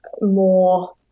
more